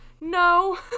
no